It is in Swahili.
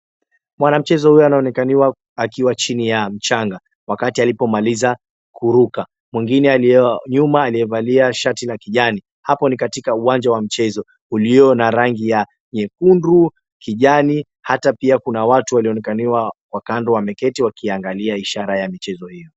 Mwanamchezo huyu anaonekaniwa akiwa chini ya mchanga wakati alipomaliza kuruka. Mwingine alionyuma aliyevalia shati la kijani. Hapo ni katika uwanja wa mchezo ulio na rangi ya nyekundu, kijani hata pia kuna watu walionekaniwa kwa kando wameketi wakiangalia ishara ya michezo hio.